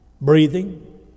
breathing